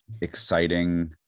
exciting